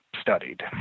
studied